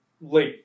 late